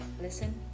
Listen